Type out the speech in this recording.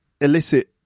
elicit